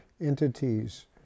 entities